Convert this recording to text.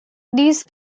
these